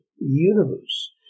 universe